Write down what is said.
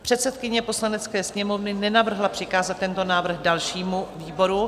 Předsedkyně Poslanecké sněmovny nenavrhla přikázat tento návrh dalšímu výboru.